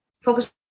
focus